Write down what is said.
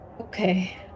Okay